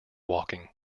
walking